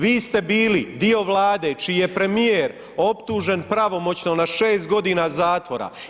Vi ste bili dio Vlade čiji je premijer optužen pravomoćno na 6 godina zatvora.